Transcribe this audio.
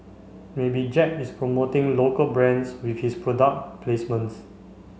maybe Jack is promoting local brands with his product placements